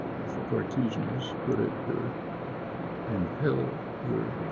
the cartesians put it, you're impel, you're